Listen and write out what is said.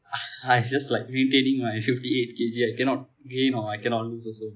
I just like retaining my fifty eight K_G I cannot gain or I cannot lose also